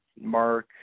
mark